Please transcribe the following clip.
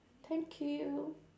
thank you